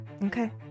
okay